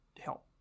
help